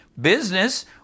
Business